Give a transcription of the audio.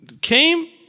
came